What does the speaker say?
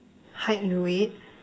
height and weight